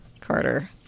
Carter